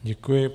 Děkuji.